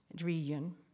region